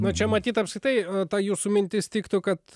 nu čia matyt apskritai ta jūsų mintis tiktų kad